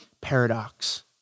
paradox